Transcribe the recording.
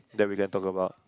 that we can talk about